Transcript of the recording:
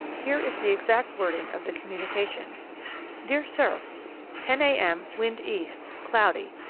here is the exact wording of the communication dear sir ten a. m. wind east. cloudy.